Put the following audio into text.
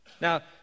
Now